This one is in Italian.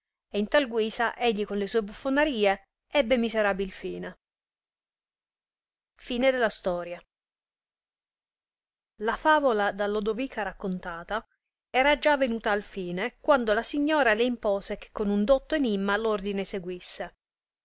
e in tal guisa egli con le sue buffonarie ebbe miserabil fine la favola da lodovica raccontata era già venuta al fine quando la signora le impose che con un dotto enimma ordine seguisse